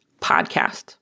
podcast